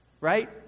Right